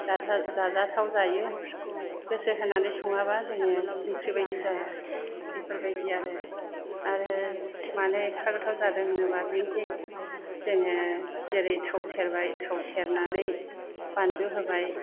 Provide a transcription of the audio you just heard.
जाथाव जाजाथाव जायो गोसो होनानै सङाबा जोङो ओंख्रि बायदि जाया बेफोरबायदि आरो आरो मानो एफा गोथाव जादों होनोबा बेनोसै जोङो जेरै थाव सेरबाय थाव सेरनानै बानलु होबाय